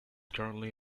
currently